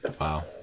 Wow